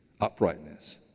uprightness